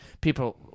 People